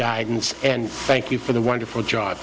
guidance and thank you for the wonderful job